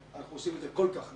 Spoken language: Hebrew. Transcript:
שאנחנו עושים את זה כל-כך מאוחר.